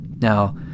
Now